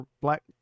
Black